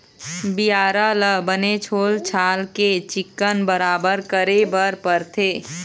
बियारा ल बने छोल छाल के चिक्कन बराबर करे बर परथे